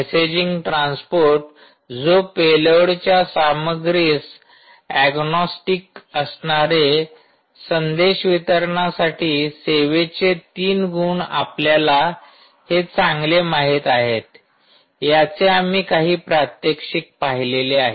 messaging transport जो पेलोडच्या सामग्रीस अग्नोस्टिक असणारे संदेश वितरणासाठी सेवेचे 3 गुण आपल्याला हे चांगले माहित आहेत याचे आम्ही काही प्रात्यक्षिक पाहिलेले आहेत